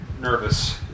nervous